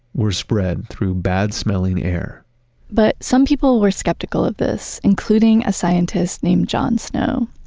were spread through bad smelling air but some people were skeptical of this including a scientist named john snow.